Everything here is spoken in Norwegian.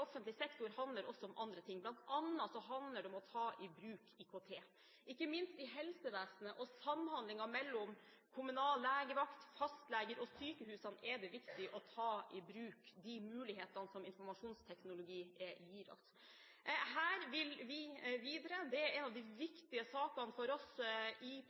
offentlig sektor handler også om andre ting, bl.a. handler det om å ta i bruk IKT. Ikke minst i helsevesenet og i samhandlingen mellom kommunal legevakt, fastleger og sykehusene er det viktig å ta i bruk de mulighetene som informasjonsteknologien gir oss. Her vil vi videre. Det er en av de viktige sakene for oss i